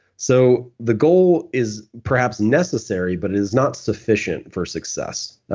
so the goal is perhaps necessary but it is not sufficient for success.